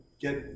get